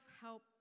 help